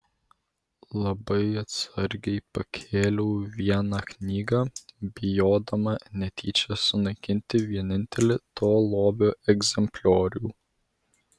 labai atsargiai pakėliau vieną knygą bijodama netyčia sunaikinti vienintelį to lobio egzempliorių